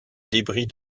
débris